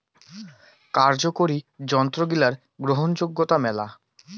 কার্যকরি যন্ত্রগিলার গ্রহণযোগ্যতা মেলা